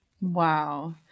Wow